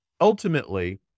ultimately